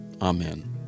Amen